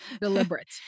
Deliberate